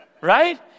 right